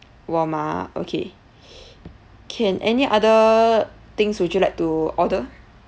warm ah okay can any other things would you like to order